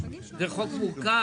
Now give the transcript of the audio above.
זה חוק מורכב?